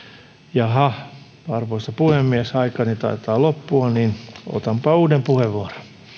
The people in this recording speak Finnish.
jaha arvoisa puhemies aikani taitaa loppua joten otanpa uuden puheenvuoron